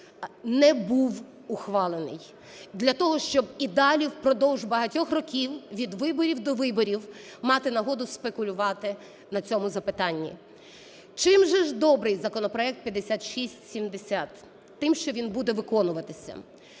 не був ухвалений. Для того, щоб і далі впродовж багатьох років від виборів до виборів мати нагоду спекулювати на цьому запитанні. Чим же ж добрий законопроект 5670? Тим, що він буде виконуватись.